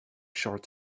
short